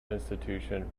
institution